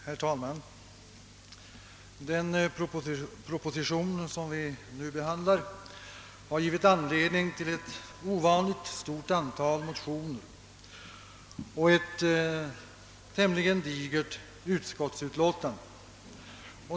Herr talman! Den proposition som vi nu behandlar har givit anledning till ett ovanligt stort antal motioner och ett ganska digert utskottsutlåtande.